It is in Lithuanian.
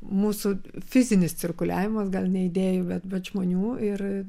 mūsų fizinis cirkuliavimas gal ne idėjų bet bet žmonių ir